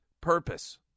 purpose